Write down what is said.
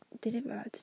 delivered